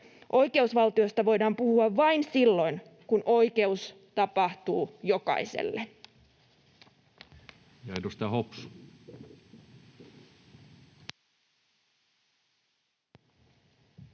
Oikeusvaltiosta voidaan puhua vain silloin, kun oikeus tapahtuu jokaiselle.